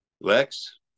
Lex